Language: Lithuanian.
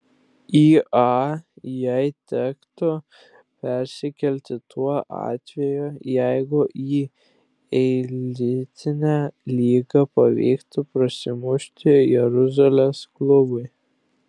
į a jai tektų persikelti tuo atveju jeigu į elitinę lygą pavyktų prasimušti jeruzalės klubui